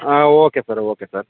ಹಾಂ okay sir okay sir